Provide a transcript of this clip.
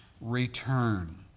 return